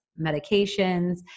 medications